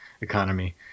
economy